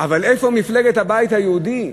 אבל איפה מפלגת הבית היהודי,